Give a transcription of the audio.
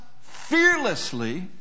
fearlessly